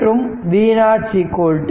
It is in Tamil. மற்றும் V0 1